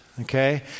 okay